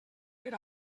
per